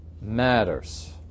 matters